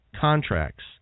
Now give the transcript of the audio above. contracts